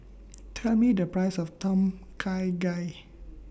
Tell Me The Price of Tom Kha Gai